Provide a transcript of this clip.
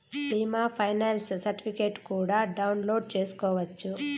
బీమా ఫైనాన్స్ సర్టిఫికెట్లు కూడా డౌన్లోడ్ చేసుకోవచ్చు